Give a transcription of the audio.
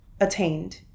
attained